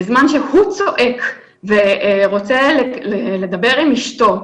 הוא צעק ורצה לדבר עם אשתו,